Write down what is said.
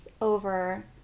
over